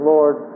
Lord